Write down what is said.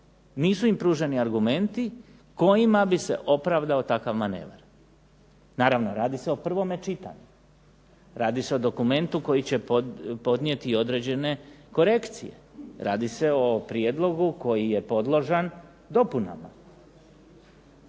Nisu im pruženi argumenti kojima bi se opravdao takav manevar. Naravno radi se o prvome čitanju. Radi se o dokumentu koji će podnijeti i određene korekcije. Radi se o prijedlogu koji je podložan dopunama.